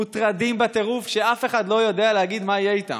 מוטרדים בטירוף שאף אחד לא יודע להגיד מה יהיה איתם.